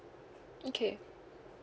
okay